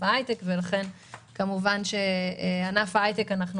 ההייטק ולכן כמובן שענף ההייטק משמעותי.